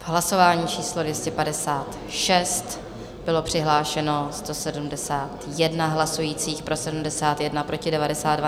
Hlasování číslo 256, bylo přihlášeno 171 hlasujících, pro 71, proti 92.